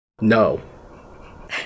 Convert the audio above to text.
No